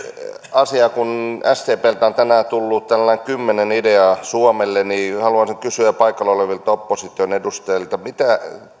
asiaan kun sdpltä on tänään tullut tällainen kymmenen ideaa suomelle ja haluan kysyä paikalla olevilta opposition edustajilta mitä